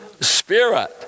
Spirit